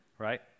right